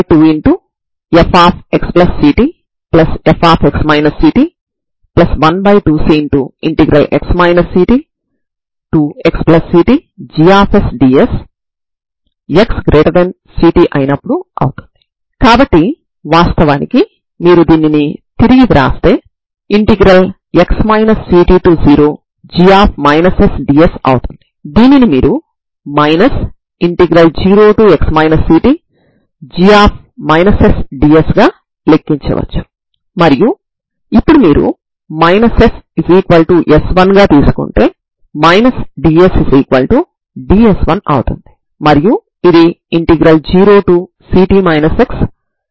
ఈ రెండు పరిష్కారాలను మనం చూసినట్లయితే అవి ఒకదానిని ఇంకొక దానితో స్థిరాంకం చేత గుణించబడినవిగా ఉంటాయి అంటే ఈ రెండు సమీకరణాలలో మీరు దేనిని తీసుకున్నా మీరు c1 ని c2 పదాలలో వ్రాయవచ్చు తర్వాత సాధారణ పరిష్కారంలో ప్రతిక్షేపించడం వల్ల మీరు స్థిరాంకం తో గుణించబడిన sin μ ని పొందుతారు సరేనా